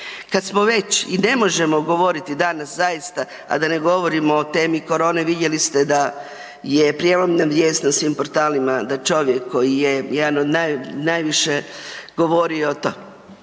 Kad smo već i ne možemo govoriti danas zaista, a da ne govorimo o temi korone, vidjeli ste da je prijelomna vijest na svim portalima da čovjek koji je jedan od naj, najviše govorio o